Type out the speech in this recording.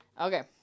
Okay